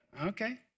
Okay